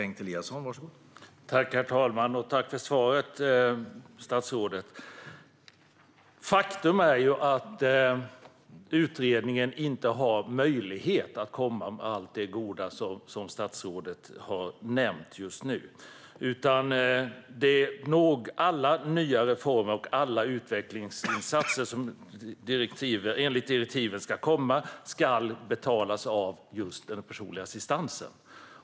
Herr talman! Tack för svaret, statsrådet! Faktum är att utredningen inte har möjlighet att komma med allt det goda som statsrådet just nämnde. Alla nya reformer och alla utvecklingsinsatser som ska komma, enligt direktiven, ska betalas av just den personliga assistansen.